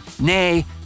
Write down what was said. Nay